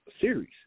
series